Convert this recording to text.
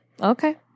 Okay